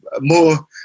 more